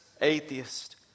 atheist